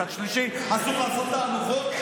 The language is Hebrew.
מצד שלישי אסור לעשות תהלוכות,